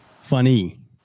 funny